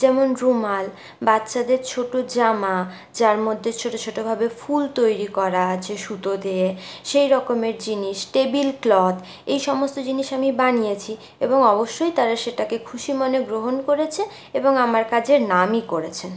যেমন রুমাল বাচ্চাদের ছোটো জামা যার মধ্যে ছোটো ছোটোভাবে ফুল তৈরি করা আছে সুতো দিয়ে সেই রকমের জিনিস টেবিল ক্লথ এই সমস্ত জিনিস আমি বানিয়েছি এবং অবশ্যই তারা সেটাকে খুশি মনে গ্রহণ করেছে এবং আমার কাজের নামই করেছেন